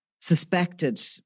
suspected